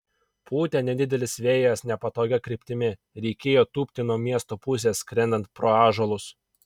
pūtė nedidelis vėjas nepatogia kryptimi reikėjo tūpti nuo miesto pusės skrendant pro ąžuolus